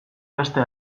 beste